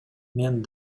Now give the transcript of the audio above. мен